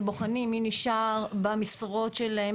ואנחנו בוחנים מי נשאר במשרות שלהם,